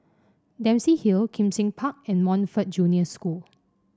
Dempsey Hill Kim Seng Park and Montfort Junior School